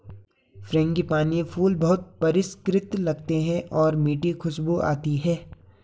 frangipani फूल बहुत परिष्कृत लगते हैं और मीठी खुशबू आती है